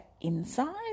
inside